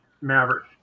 Maverick